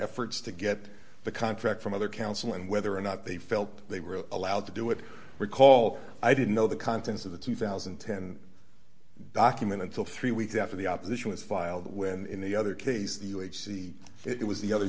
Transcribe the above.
efforts to get the contract from other counsel and whether or not they felt they were allowed to do it recall i didn't know the contents of the two thousand and ten document until three weeks after the opposition was filed when the other case the u h c it was the other